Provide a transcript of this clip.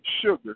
sugar